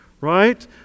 right